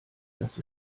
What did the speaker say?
dass